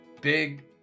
big